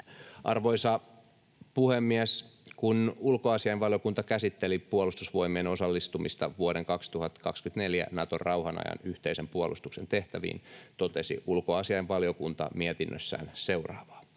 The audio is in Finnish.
Arvoisa puhemies! Kun ulkoasianvaliokunta käsitteli Puolustusvoimien osallistumista vuoden 2024 Naton rauhan ajan yhteisen puolustuksen tehtäviin, totesi ulkoasianvaliokunta mietinnössään seuraavaa: